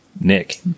nick